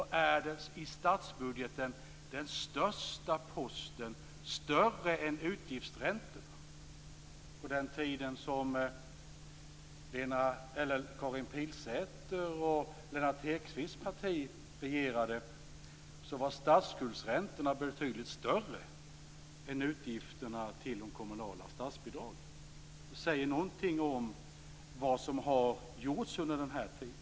De är den i statsbudgeten största posten - större än statsskuldsräntorna. På den tiden som Karin Pilsäters och Lennart Hedquists partier regerade var statsskuldsräntorna betydlig större än utgifterna till de kommunala statsbidragen. Det säger någonting om vad som har gjorts under denna tid.